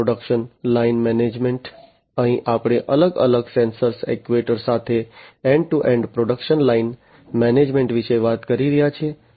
production line management અહી આપણે અલગ અલગ સેન્સર એક્ટ્યુએટર સાથે end to end production line management વિશે વાત કરી રહ્યા છીએ